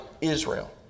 Israel